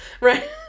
Right